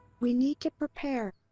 we need to prepare.